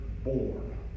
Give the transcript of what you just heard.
Born